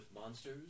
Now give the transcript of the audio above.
Monsters